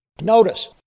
Notice